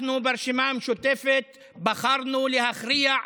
אנחנו ברשימה המשותפת בחרנו להכריע,